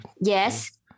Yes